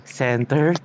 center